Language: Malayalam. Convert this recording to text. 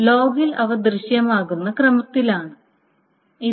ലോഗിൽ അവ ദൃശ്യമാകുന്ന ക്രമത്തിലാണ് ഇത്